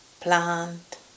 plant